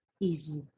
easy